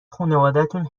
خونوادتون